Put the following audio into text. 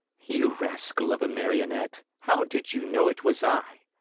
you rascal of a marionette! how did you know it was i?